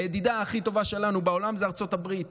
הידידה הכי טובה שלנו בעולם זו ארצות הברית,